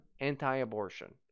anti-abortion